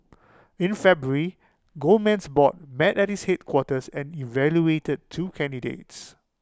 in February Goldman's board met at its headquarters and evaluated two candidates